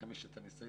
לכם יש את הניסיון,